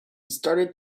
started